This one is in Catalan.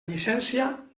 llicència